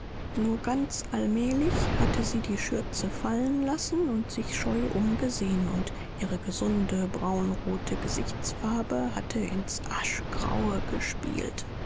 nur ganz allmählich hatte sie die schürze fallen lassen und sich scheu umgesehen und ihre gesunde braunrote gesichtsfarbe hatte ins aschgraue gespielt